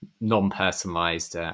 non-personalized